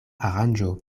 aranĝo